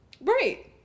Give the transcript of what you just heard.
right